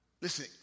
Listen